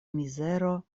mizero